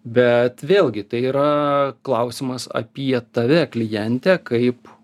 bet vėlgi tai yra klausimas apie tave klientę kaip